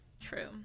True